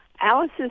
Alice's